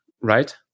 right